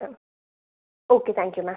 ആ okay thank you ma'am